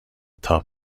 top